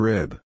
Rib